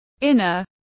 inner